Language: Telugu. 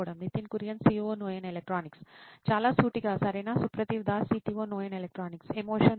నితిన్ కురియన్ COO నోయిన్ ఎలక్ట్రానిక్స్ చాలా సూటిగా సరేనా సుప్రతీవ్ దాస్ CTO నోయిన్ ఎలక్ట్రానిక్స్ ఎమోషన్ లేదు